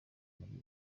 muri